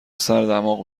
سردماغ